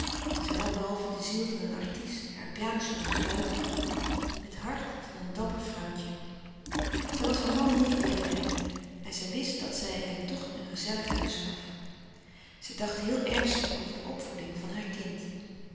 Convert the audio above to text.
zij had behalve de ziel van een artist haar pianospel was buitengewoon het hart van een dapper vrouwtje zij was haar man lief blijven hebben en zij wist dat zij hem toch een gezellig huis gaf zij dacht heel ernstig over de opvoeding van haar kind